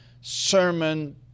sermon